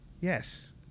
Yes